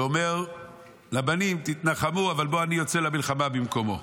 ואומר לבנים: תתנחמו, אבל אני יוצא למלחמה במקומו.